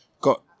got